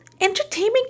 entertaining